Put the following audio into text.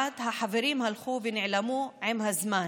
מעט החברים הלכו ונעלמו עם הזמן.